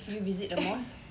did you visit the mosque